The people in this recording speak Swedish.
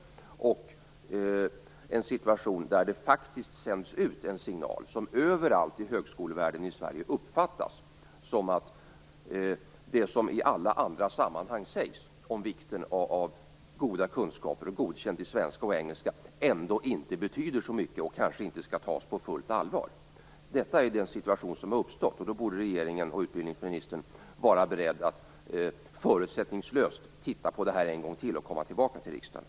Vi har också fått en situation där det faktiskt sänds ut en signal som överallt i högskolevärlden i Sverige uppfattas som att det som i alla andra sammanhang sägs om vikten av goda kunskaper och godkänt betyg i svenska och engelska ändå inte betyder så mycket, och kanske inte skall tas på fullt allvar. Det är den situation som har uppstått. Regeringen och utbildningsministern borde vara beredda att förutsättningslöst titta på detta en gång till och komma tillbaka till riksdagen.